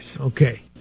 Okay